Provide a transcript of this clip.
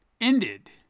ended